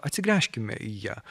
atsigręžkime į ją